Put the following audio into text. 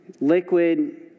liquid